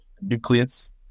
nucleus